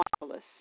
marvelous